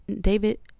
David